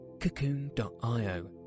cocoon.io